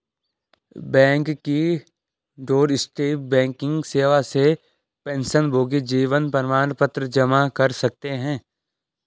bank की doorstep banking सेवा से पेंशनभोगी जीवन प्रमाण पत्र जमा कर सकते हैं